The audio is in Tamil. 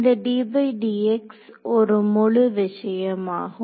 இந்த ddx ஒரு முழு விஷயமாகும்